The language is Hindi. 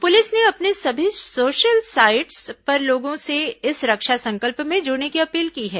पुलिस ने अपने सभी सोशल साइट्स पर लोगों से इस रक्षा संकल्प में जुड़ने की अपील की है